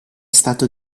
stato